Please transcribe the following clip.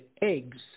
eggs